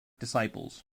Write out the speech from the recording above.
disciples